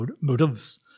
motives